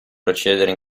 procedere